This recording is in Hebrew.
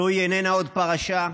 זוהי איננה עוד פרשה,